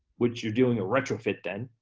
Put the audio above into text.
which you're doing a retrofit then,